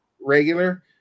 regular